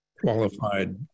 qualified